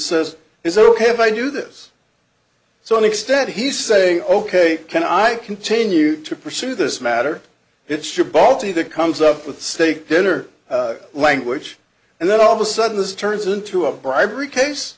says it's ok if i do this so an extent he's saying ok can i continue to pursue this matter it should balti that comes up with steak dinner language and then all of a sudden this turns into a bribery case